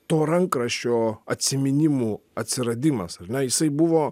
to rankraščio atsiminimų atsiradimas ar ne jisai buvo